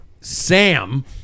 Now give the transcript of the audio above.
Sam